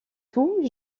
tout